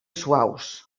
suaus